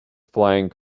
flying